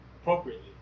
appropriately